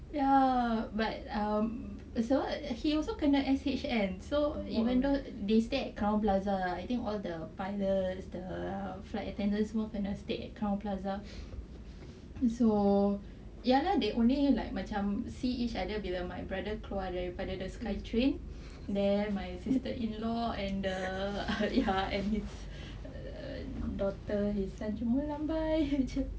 ya but um he also kena S_H_N so even though they stay at crowne plaza I think all the pilots the flight attendants semua kena stay at crowne plaza so ya lah they only like macam see each other bila my brother keluar dari the sky train then my sister-in-law and the ya and his uh daughter cuma lambai